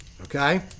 Okay